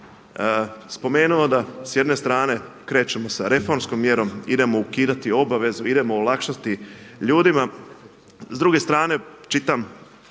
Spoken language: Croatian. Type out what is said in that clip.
spomenuo da s jedne strane krećemo sa reformskom mjerom, idemo ukidati obavezu, idemo olakšati ljudima. S druge strane čitam